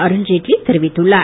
அருண்ஜேட்லி தெரிவித்துள்ளார்